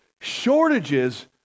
shortages